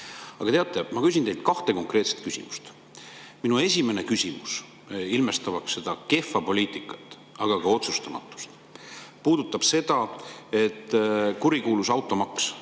Aga teate, ma küsin teilt kaks konkreetset küsimust. Minu esimene küsimus – ilmestamaks kehva poliitikat, aga ka otsustamatust – puudutab kurikuulsat automaksu.